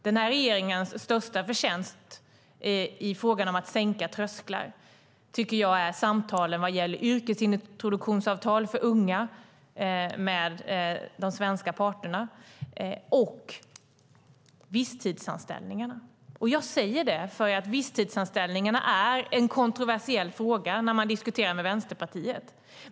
Den här regeringens största förtjänst i frågan om att sänka trösklar tycker jag handlar om samtalen vad gäller yrkesintroduktionsavtal för unga med de svenska parterna och visstidsanställningarna. Jag säger det, för visstidsanställningarna är en kontroversiell fråga när man diskuterar med Vänsterpartiet.